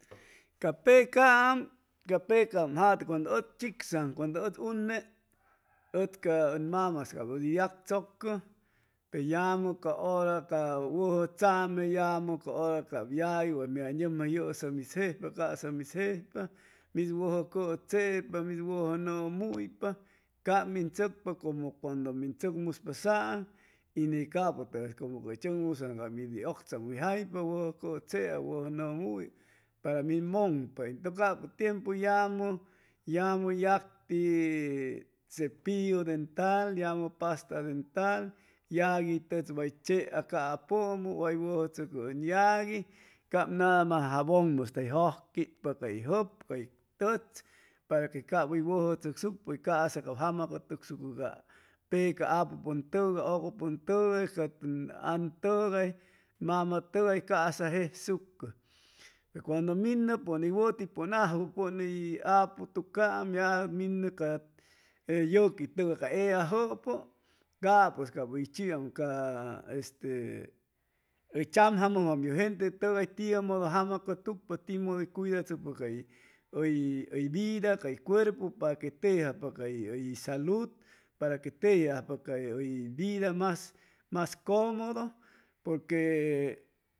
Ca pecaam ca pecam jate cuando ʉ chigzaŋ cuando ʉd une ʉd ca ʉn mamas ʉdi yagchʉcʉ pe yamʉ ca hora ca wʉjʉ tzame yamʉ ca hʉra cap yagui wa mi nʉnja yʉsa mid jejpa ca'sa mid jejpa mid wʉjʉ kʉ chepa mid wʉjʉ nʉʉmuypa cap min chʉcpa como cuando min chʉcmuspa saaŋ y ney capʉtʉgais como cay tzʉgmusaam ca miy tzamjaipa wʉjʉ kʉ chea wʉjʉ nʉmullʉ para mi mʉŋpa entʉ capʉ tiempu yamʉ yamʉ yacti cepillu dental yamʉ pasta dental yagui tʉch way chea capʉmʉ wat wʉjʉ tzʉcʉ ʉn yagui cap nada mas jaboŋmʉ hʉy jʉjquitpa cay jʉb cay tʉch pra que cap hʉy wʉjʉ chʉcsucpa ca'sa cap jama cʉtucsucpa ca peca apupʉntʉgay, ʉcʉpʉntʉgay ca tʉn antʉgay mamatʉgay ca'sa jesucʉ cuando minʉ pʉn wʉti pʉn ajwʉ ni aputucaam ya minʉ ca yʉqitʉgay ca ellajʉpʉ capʉs cap hʉy chiwam ca este hʉy chamjayam ye gente tʉgay tiʉ modo jama cʉtucpa timodo hʉy cuidachʉcpa cay hʉy hʉy vida cay cuerpu para que tejiajpa cay hʉy salud para que teji ajpa cay vida mas comodo porque